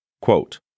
Quote